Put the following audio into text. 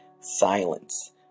silence